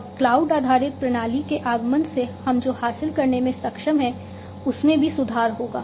और क्लाउड आधारित प्रणाली के आगमन से हम जो हासिल करने में सक्षम हैं उसमें भी सुधार होगा